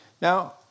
Now